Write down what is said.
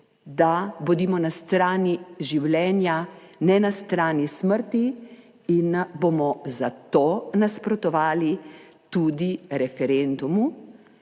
da bodimo na strani življenja, ne na strani smrti in bomo za to nasprotovali tudi referendumu